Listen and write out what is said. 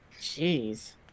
Jeez